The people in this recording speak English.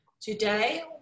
Today